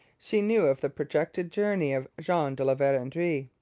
she knew of the projected journey of jean de la verendrye.